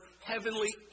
heavenly